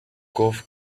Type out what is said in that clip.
golf